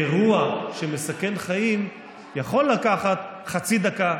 אירוע שמסכן חיים יכול לקחת חצי דקה,